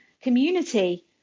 community